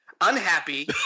unhappy